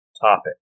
topic